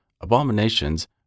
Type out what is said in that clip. abominations